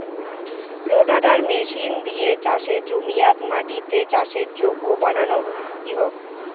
রোটাটার machine দিয়া চাসের জমিয়াত মাটিকে চাষের যোগ্য বানানো হই